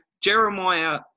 Jeremiah